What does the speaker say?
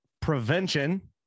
prevention